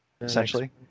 essentially